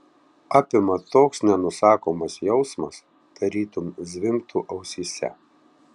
apima toks nenusakomas jausmas tarytum zvimbtų ausyse